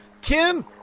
Kim